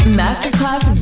masterclass